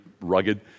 rugged